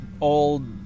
old